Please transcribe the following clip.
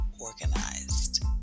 Organized